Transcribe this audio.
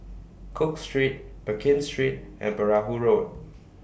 Cook Street Pekin Street and Perahu Road